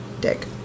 dick